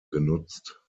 genutzt